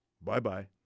Bye-bye